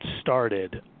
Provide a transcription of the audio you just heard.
started